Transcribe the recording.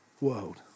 world